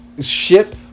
ship